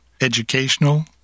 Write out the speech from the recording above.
educational